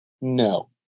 No